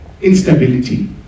instability